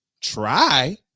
try